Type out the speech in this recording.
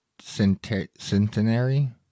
centenary